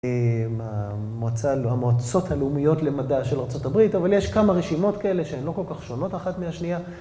המועצות הלאומיות למדע של ארה״ב, אבל יש כמה רשימות כאלה שהן לא כל כך שונות אחת מהשנייה.